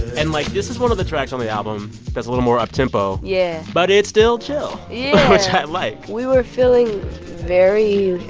and, like, this is one of the tracks on the album that's a little more up-tempo yeah but it's still chill. yeah. which i like we were feeling very